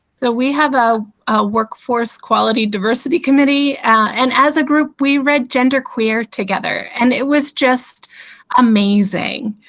so we have a workforce quality diversity committee and as a group, we read gender queer together. and it was just amazing.